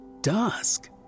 Dusk